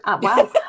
Wow